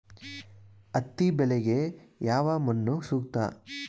ಹತ್ತಿ ಬೆಳೆಗೆ ಯಾವ ಮಣ್ಣು ಸೂಕ್ತ?